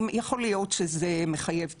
יכול להיות שזה מחייב תיקון,